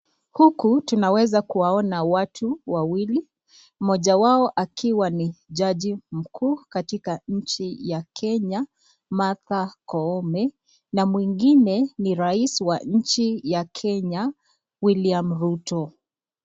Huku tunaweza kuwaona watu wawili moja wao akiwa ni jaji mkuu katika nchi ya Kenya Martha Koome, na mwingine ni rais wa Kenya William Ruto.